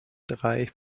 drei